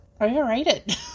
overrated